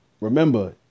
Remember